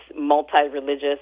multi-religious